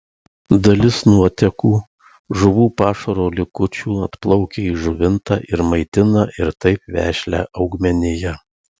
dalis nuotekų žuvų pašaro likučių atplaukia į žuvintą ir maitina ir taip vešlią augmeniją